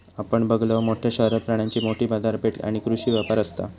आपण बघलव, मोठ्या शहरात प्राण्यांची मोठी बाजारपेठ आणि कृषी व्यापार असता